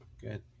good